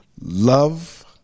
love